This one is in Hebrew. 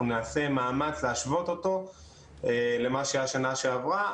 אנחנו נעשה מאמץ להשוות אותו למה שהיה שנה שעברה,